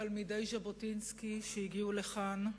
תלמידי ז'בוטינסקי שהגיעו לכאן,